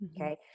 Okay